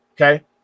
Okay